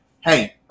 Hey